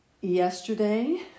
Yesterday